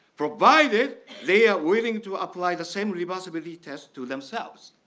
provided they are willing to apply the same responsibility test to themselves.